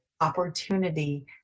opportunity